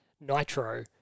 Nitro